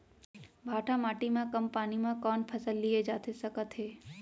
भांठा माटी मा कम पानी मा कौन फसल लिए जाथे सकत हे?